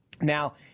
Now